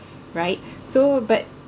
right so but